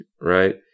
Right